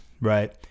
right